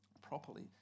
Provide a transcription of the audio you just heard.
properly